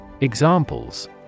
Examples